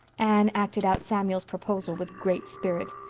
anne acted out samuel's proposal with great spirit.